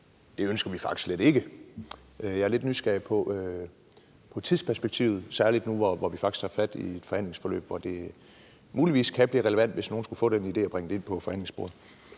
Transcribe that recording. det ønsker de faktisk slet ikke? Jeg er lidt nysgerrig på tidsperspektivet, særlig nu, hvor vi faktisk tager fat på et forhandlingsforløb, hvor det muligvis kan blive relevant, hvis nogen skulle få den idé at bringe det ind på forhandlingsbordet.